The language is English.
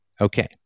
Okay